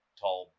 tall